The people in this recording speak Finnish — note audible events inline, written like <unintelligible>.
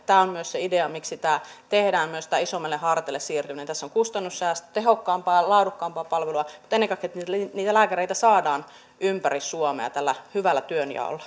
tämä on myös se idea miksi tehdään myös tämä isommille hartioille siirtäminen tässä on kustannussäästö tehokkaampaa laadukkaampaa palvelua mutta ennen kaikkea se että niitä lääkäreitä saadaan ympäri suomea tällä hyvällä työnjaolla <unintelligible>